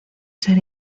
ser